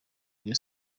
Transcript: rayon